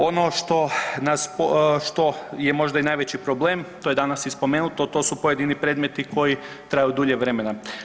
Ono što je možda i najveći problem to je danas i spomenuto, to su pojedini predmeti koji traju dulje vremena.